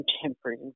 contemporary